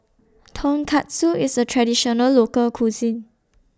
Tonkatsu IS A Traditional Local Cuisine